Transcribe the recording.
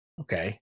okay